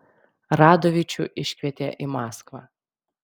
radovičių iškvietė į maskvą